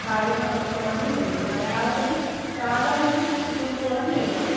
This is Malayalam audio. കാര്യങ്ങളൊക്കെ കുറഞ്ഞു വരുന്നു മലയാളത്തിന് പ്രാധാന്യം ഇപ്പം കുറഞ്ഞു വരികയാണ്